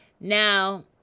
Now